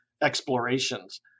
explorations